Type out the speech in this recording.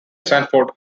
stanford